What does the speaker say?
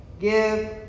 Give